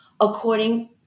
according